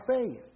faith